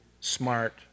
smart